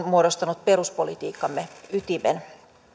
muodostaneet peruspolitiikkamme ytimen